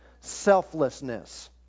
Selflessness